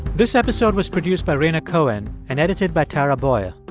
this episode was produced by rhaina cohen and edited by tara boyle.